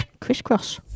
Crisscross